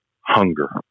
Hunger